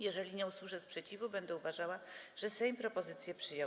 Jeżeli nie usłyszę sprzeciwu, będę uważała, że Sejm propozycję przyjął.